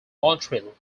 montreal